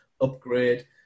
upgrade